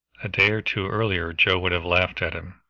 a day or two earlier joe would have laughed at him,